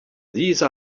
these